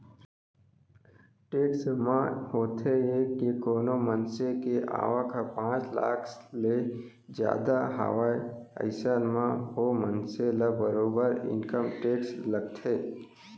tax म होथे ये के कोनो मनसे के आवक ह पांच लाख ले जादा हावय अइसन म ओ मनसे ल बरोबर इनकम टेक्स लगथे